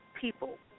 people